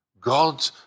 God